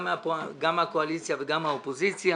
גם מהקואליציה וגם מהאופוזיציה